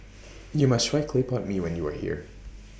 YOU must Try Clay Pot Mee when YOU Are here